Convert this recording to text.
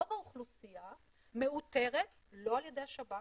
רוב האוכלוסייה מאותרת לא על ידי השב"כ